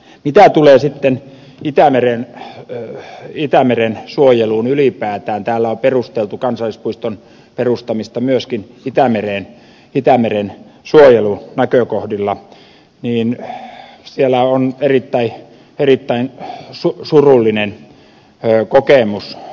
mitä tulee sitten itämeren suojeluun ylipäätään täällä on perusteltu kansallispuiston perustamista myöskin itämeren suojelunäkökohdilla siellä kansallispuistoalueella on erittäin surullinen kokemus